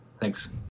thanks